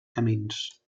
camins